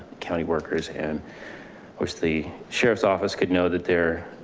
county workers in which the sheriff's office could know that they're,